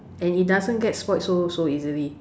and it doesn't get spoilt so so easily